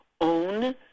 own